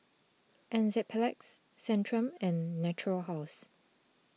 Enzyplex Centrum and Natura House